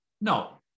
No